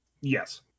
Yes